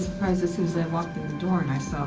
surprised as soon as they walked in the door, and i saw